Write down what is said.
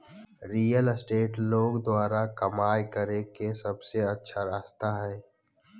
real estate लोग द्वारा कमाय करे के सबसे अच्छा रास्ता हइ